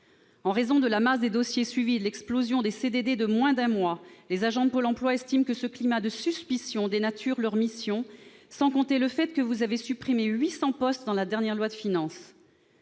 En raison de la masse des dossiers suivis et de l'explosion des CDD de moins d'un mois, les agents de Pôle emploi estiment que ce climat de suspicion dénature leur mission. Sans compter que vous avez supprimé 800 postes dans la dernière loi de finances